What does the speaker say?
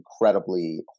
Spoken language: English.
incredibly